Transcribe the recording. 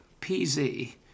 PZ